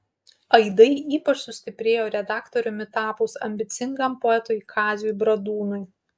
aidai ypač sustiprėjo redaktoriumi tapus ambicingam poetui kaziui bradūnui